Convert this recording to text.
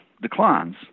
declines